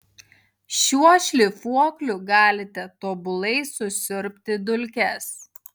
šiuo šlifuokliu galite tobulai susiurbti dulkes